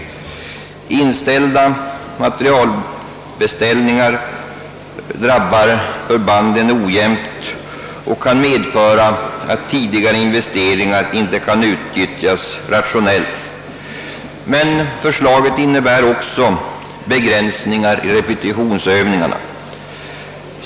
Inställda materialbeställningar drabbar förbanden ojämnt och kan medföra att tidigare investeringar inte kan utnyttjas rationellt. Förslaget innebär vidare begränsningar av repetitionsövningarna.